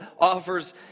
offers